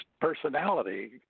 personality